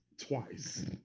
twice